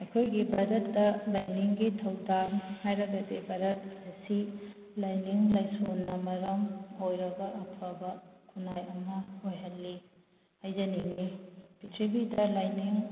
ꯑꯩꯈꯣꯏꯒꯤ ꯚꯥꯔꯠꯇ ꯂꯥꯏꯅꯤꯡꯒꯤ ꯊꯧꯗꯥꯡ ꯍꯥꯏꯔꯒꯗꯤ ꯚꯥꯔꯠ ꯑꯁꯤ ꯂꯥꯏꯅꯤꯡ ꯂꯥꯏꯁꯣꯟꯅ ꯃꯔꯝ ꯑꯣꯏꯔꯒ ꯑꯐꯕ ꯈꯨꯟꯅꯥꯏ ꯑꯃ ꯑꯣꯏꯍꯜꯂꯤ ꯍꯥꯏꯖꯅꯤꯡꯉꯤ ꯄꯔꯤꯊꯤꯕꯤꯗ ꯂꯥꯏꯅꯤꯡ